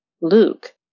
Luke